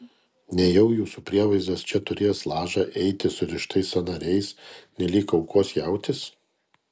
nejau jūsų prievaizdas čia turės lažą eiti surištais sąnariais nelyg aukos jautis